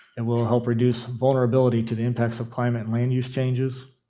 and will help reduce vulnerability to the impacts of climate and land use changes,